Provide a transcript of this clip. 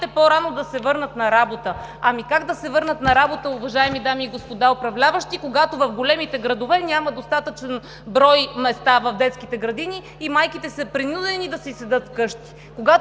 по-рано да се върнат на работа! Ами, как да се върнат на работа, уважаеми дами и господа управляващи, когато в големите градове няма достатъчен брой места в детските градини и майките са принудени да си седят вкъщи?